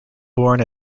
born